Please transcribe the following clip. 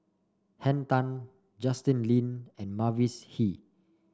Henn Tan Justin Lean and Mavis Hee